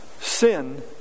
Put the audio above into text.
Sin